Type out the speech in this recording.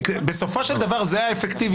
בסופו של דבר זה האפקטיביות.